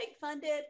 funded